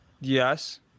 Yes